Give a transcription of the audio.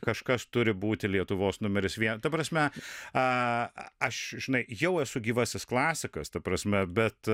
kažkas turi būti lietuvos numeris vien ta prasme aš žinai jau esu gyvasis klasikas ta prasme bet